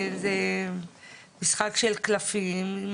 זה משחק של קלפים,